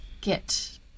get